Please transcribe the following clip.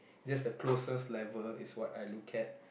that's the closest level is what I look at